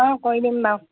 অঁ কৰি দিম বাৰু